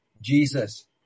Jesus